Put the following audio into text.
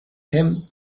him